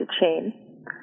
chain